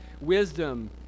wisdom